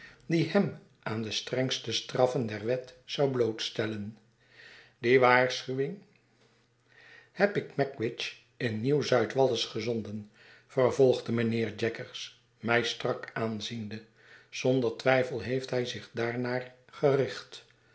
die hem aan de strengste straffen der wet zou blootstellen die waarschuwing heb ik magwitch in nieuw zuidwallis gezonden vervolgde mijnheer jaggers mij strak aanziende zonder twijfel heeft hij zich daarnaar gericht